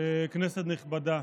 כנסת נכבדה,